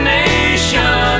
nation